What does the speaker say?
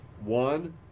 One